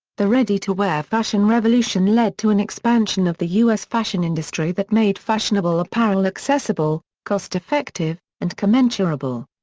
the ready-to-wear fashion revolution led to an expansion of the us fashion industry that made fashionable apparel accessible, cost effective, and commensurable.